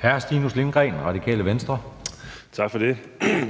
12:09 Stinus Lindgreen (RV): Tak for det.